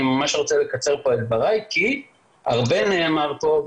אני ממש רוצה לקצר פה את דבריי כי הרבה נאמר פה,